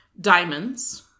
Diamonds